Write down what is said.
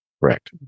Correct